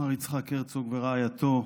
מר יצחק הרצוג ורעייתו,